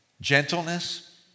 Gentleness